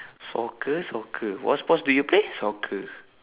soccer soccer what sports do you play soccer